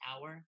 Hour